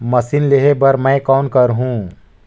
Machine लेहे बर मै कौन करहूं?